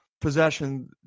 possession